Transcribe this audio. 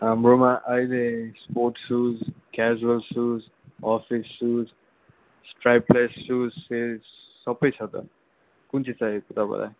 हाम्रोमा अहिले sports shoes casual shoes office shoes stripe lace shoes सबै छ त कुन चाहिँ चाहिएको तपाईँलाई